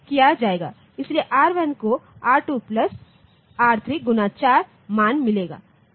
इसलिए R1 को R2 plus R3 4 मान मिलेगा